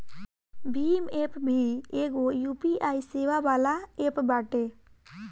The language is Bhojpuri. भीम एप्प भी एगो यू.पी.आई सेवा वाला एप्प बाटे